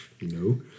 no